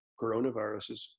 coronaviruses